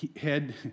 head